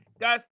Guys